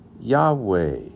Yahweh